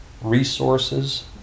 resources